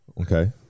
Okay